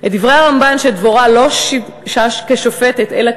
את דברי הרמב"ן שדבורה לא שימשה שופטת אלא